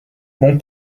mon